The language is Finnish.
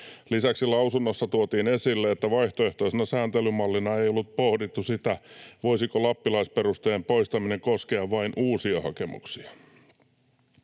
Lisäksi lausunnossa tuotiin esille, että vaihtoehtoisena sääntelymallina ei ole pohdittu sitä, voisiko lappalaisperusteen poistaminen koskea vain uusia hakemuksia.